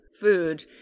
food